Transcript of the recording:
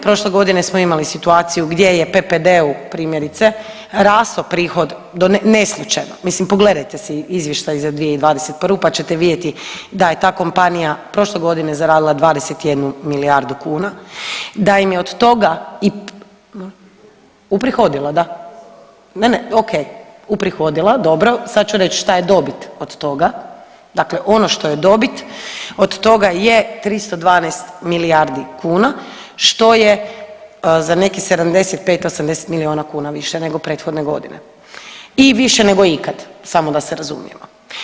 Prošle godine smo imali situaciju gdje je PPD-u, primjerice, rastao prihod do, neslućeno, mislim, pogledajte si Izvještaj za 2021. pa ćete vidjeti da je ta kompanija prošle godine zaradila 21 milijardu kuna, da im je od toga i, uprihodila, da, ne, ne, okej, uprihodila, dobro, sad ću reći šta je dobit od toga, dakle ono što je dobit od toga je 312 milijardi kuna, što je za nekih 75, 80 milijuna kuna više nego prethodne godine i više nego ikad, samo da se razumijemo.